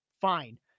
fine